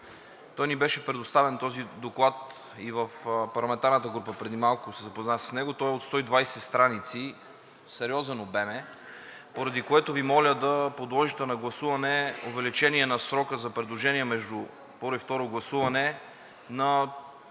той ни беше предоставен този доклад и в парламентарната група преди малко и се запознах с него, той е от 120 страници. Сериозен обем е, поради което Ви моля да подложите на гласуване увеличение на срока за предложения между първо и второ гласуване на 21